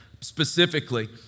specifically